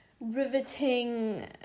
riveting